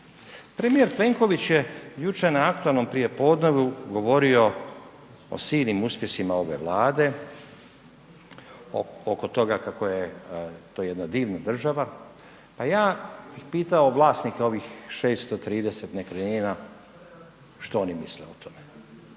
Premijer Plenković je jučer na aktualnom prijepodnevu govorio o silnim uspjesima ove Vlade oko toga kako je to jedna divna država, a bi pitao vlasnike ovih 630 nekretnina što oni misle o tome,